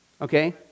Okay